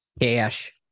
cash